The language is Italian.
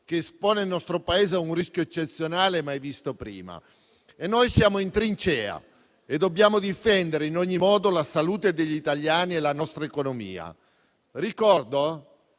che espone il nostro Paese a un rischio eccezionale e mai visto prima. Noi siamo in trincea e dobbiamo difendere in ogni modo la salute degli italiani e la nostra economia. Ricordo